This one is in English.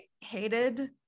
hated